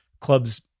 clubs